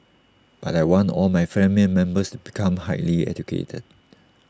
but I want all my family members to become highly educated